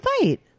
fight